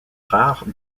rare